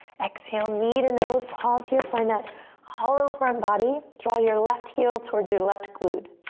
exhale, knee to nose. pause here, find that hollow front body. draw your left heel towards your left glute.